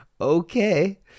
Okay